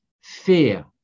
fear